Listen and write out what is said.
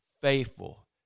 faithful